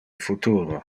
futuro